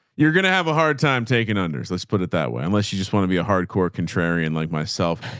you're going to have a hard time taking under let's put it that way unless you just want to be a hardcore contrarian like myself.